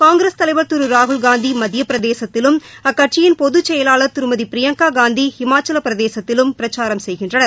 காங்கிரஸ் தலைவர் திரு ராகுல்காந்தி மத்திய பிரதேசத்திலும் அக்கட்சியின் பொதுச் செயலாளர் திருமதி பிரியங்கா காந்தி இமாச்சல பிரதேசத்திலும் பிரச்சாரம் செய்கின்றனர்